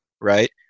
right